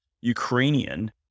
Ukrainian